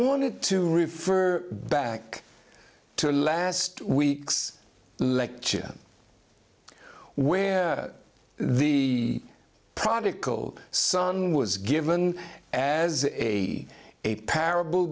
wanted to refer back to last week's lecture when the product cold sun was given as a a parable